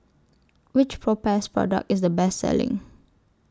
Which Propass Product IS The Best Selling